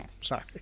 Sorry